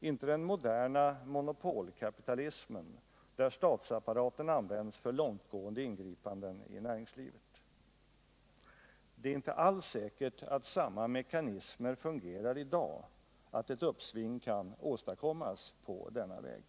inte den moderna monopolkapitalismen där statsapparaten används för långtgående ingripanden i näringslivet. Det är inte alls säkert att samma mekanismer fungerar i dag, att ett uppsving kan åstadkommas på denna väg.